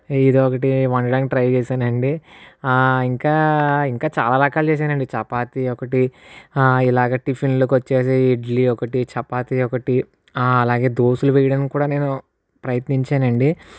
ఏదో ఒకటి వండడానికి ట్రై చేసాను అండి ఇంకా ఇంకా చాలా రకాలు చేసాను అండి చపాతి ఒకటి ఇలాగ టిఫిన్లకు వచ్చేసి ఇడ్లి ఒకటి చపాతి ఒకటి అలాగే దోసెలు వేయడం కూడా నేను ప్రయత్నించాను అండి